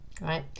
right